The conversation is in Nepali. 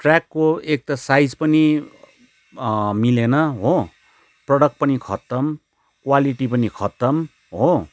ट्रयाकको एक त साइज पनि मिलेन हो प्रोडक्ट पनि खत्तम क्वालिटी पनि खत्तम हो